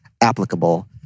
applicable